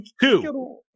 Two